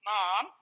Mom